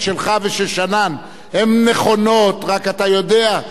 רק אתה יודע שמה שיקבע פה זה הלחצים הקואליציוניים,